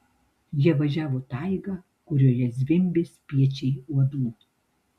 jie važiavo taiga kurioje zvimbė spiečiai uodų